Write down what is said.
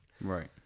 Right